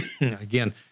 Again